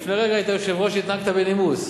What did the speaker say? לפני רגע היית יושב-ראש, התנהגת בנימוס.